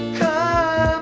come